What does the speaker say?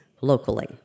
locally